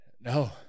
No